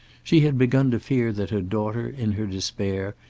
she had begun to fear that her daughter, in her despair,